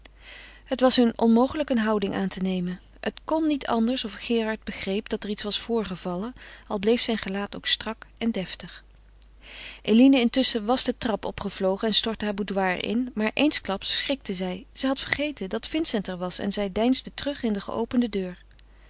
het was hun onmogelijk eene houding aan te nemen het kon niet anders of gerard begreep dat er iets was voorgevallen al bleef zijn gelaat ook strak en deftig eline intusschen was de trap opgevlogen en stortte haar boudoir in maar eensklaps schrikte zij zij had vergeten dat vincent er was en zij deinsde terug in de geopende deur